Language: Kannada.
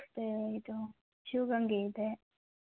ಮತ್ತೆ ಇದು ಶಿವ ಗಂಗೆ ಇದೆ